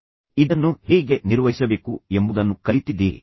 ಈಗ ನೀವು ಈ ರೀತಿಯ ಸಂಘರ್ಷವನ್ನು ಹೇಗೆ ನಿರ್ವಹಿಸಬೇಕು ಎಂಬುದನ್ನು ಕಲಿತಿದ್ದೀರಿ